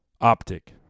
optic